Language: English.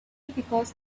because